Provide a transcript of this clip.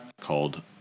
called